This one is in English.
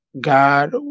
God